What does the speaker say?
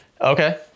Okay